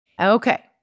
Okay